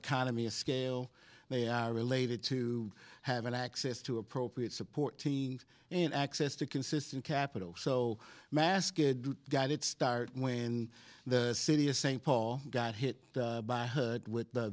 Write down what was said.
economy of scale they are related to having access to appropriate support teams and access to consistent capital so mascot got its start when the city of st paul got hit by a herd with